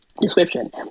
description